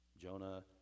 Jonah